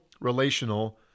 relational